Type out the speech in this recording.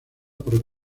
por